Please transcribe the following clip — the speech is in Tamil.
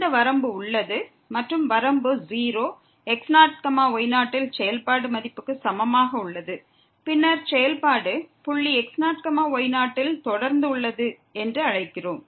இந்த வரம்பு உள்ளது மற்றும் வரம்பு 0 x0 y0 இல் செயல்பாடு மதிப்புக்கு சமமாக உள்ளது பின்னர் செயல்பாடு புள்ளி x0 y0 யில் தொடர்ந்து உள்ளது என்று அழைக்கிறோம்